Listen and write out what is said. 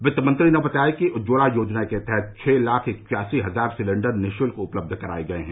वित्त मंत्री ने बताया कि उज्ज्वला योजना के तहत छह लाख इक्यासी हजार सिलेंडर निःशुल्क उपलब्ध कराए गए हैं